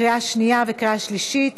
לקריאה שנייה וקריאה שלישית.